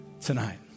tonight